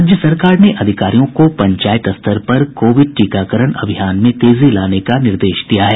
राज्य सरकार ने अधिकारियों को पंचायत स्तर पर कोविड टीकाकरण अभियान में तेजी लाने का निर्देश दिया है